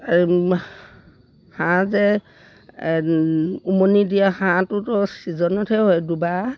এই হাঁহ যে উমনি দিয়া হাঁহটোতো ছিজনতহে হয় দুবাহ